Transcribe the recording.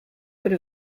would